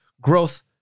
Growth